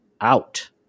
out